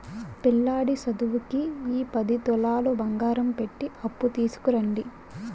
పిల్లాడి సదువుకి ఈ పది తులాలు బంగారం పెట్టి అప్పు తీసుకురండి